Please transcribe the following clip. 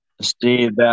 Steve